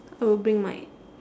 I will bring my